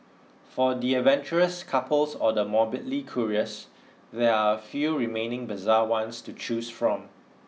for the adventurous couples or the morbidly curious there are a few remaining bizarre ones to choose from